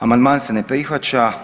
Amandman se ne prihvaća.